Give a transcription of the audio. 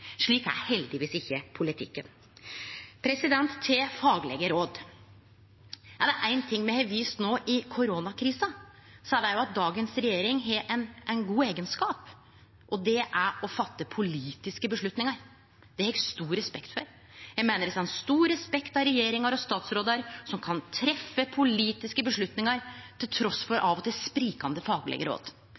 Slik er heldigvis ikkje politikken. Til faglege råd: Er det éin ting me har fått vist no i koronakrisa, er det at dagens regjering har ein god eigenskap, og det er evna til å ta politiske avgjerder. Det har eg stor respekt for. Eg meiner det står stor respekt av regjeringar og statsrådar som kan gjere politiske vedtak trass i av og til sprikjande faglege råd.